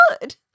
good